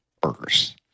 burgers